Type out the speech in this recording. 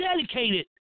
dedicated